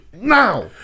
now